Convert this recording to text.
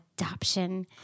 Adoption